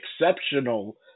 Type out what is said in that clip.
exceptional